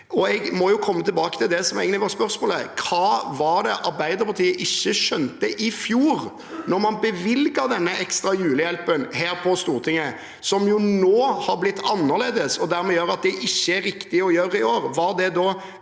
Jeg må tilbake til det som egentlig er spørsmålet: Hva var det Arbeiderpartiet ikke skjønte i fjor, da man bevilget denne ekstra julehjelpen her på Stortinget, som nå har blitt annerledes, og som dermed gjør at det ikke er riktig å gjøre dette